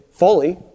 fully